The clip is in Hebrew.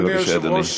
בבקשה, אדוני.